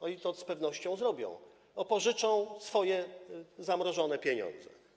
One to z pewnością zrobią, pożyczą swoje zamrożone pieniądze.